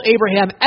Abraham